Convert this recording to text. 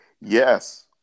Yes